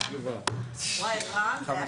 הישיבה ננעלה בשעה